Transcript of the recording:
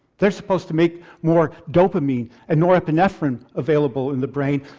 they are supposed to make more dopamine and norepinephrine available in the brain.